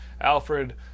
Alfred